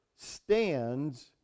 stands